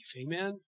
Amen